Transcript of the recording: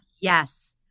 Yes